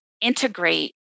integrate